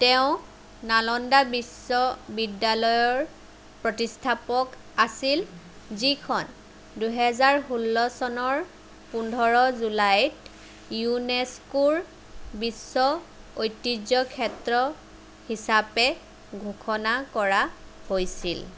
তেওঁ নালন্দা বিশ্ববিদ্যালয়ৰ প্ৰতিষ্ঠাপক আছিল যিখন দুহেজাৰ ষোল্ল চনৰ পোন্ধৰ জুলাইত ইউনেস্কোৰ বিশ্ব ঐতিহ্য ক্ষেত্ৰ হিচাপে ঘোষণা কৰা হৈছিল